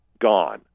gone